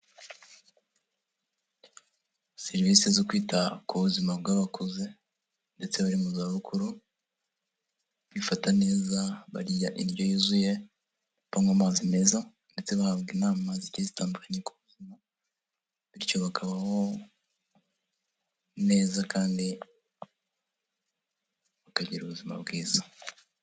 Serivisi zo kwita ku buzima bw'abakuze ndetse bari mu zabukuru, bifata neza, barya indyo yuzuye, banywa amazi meza ndetse bahabwa inama zigiye zitandukanye ku buzima, bityo bakabaho neza kandi bakagira ubuzima bwiza.